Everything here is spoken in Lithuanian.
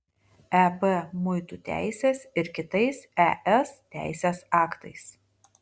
eb muitų teisės ir kitais es teisės aktais